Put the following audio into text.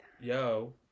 yo